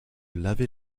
laver